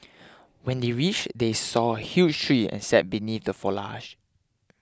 when they reached they saw a huge tree and sat beneath the foliage